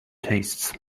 tastes